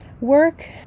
work